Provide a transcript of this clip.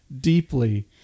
deeply